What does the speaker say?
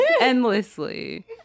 endlessly